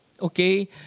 okay